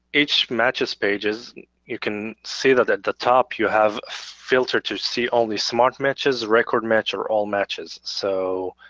each matches pages you can see that at the top you have a filter to see all these smart matches, record match or all matches. so.